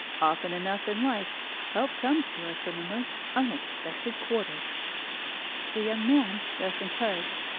often enough in life help comes to us from the most unexpected quarter the young man, thus encouraged,